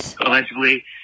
allegedly